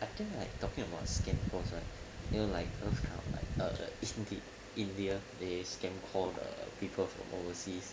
I think like talking about skin concerned you know like isn't it india they can call the people from overseas